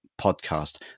podcast